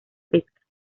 pesca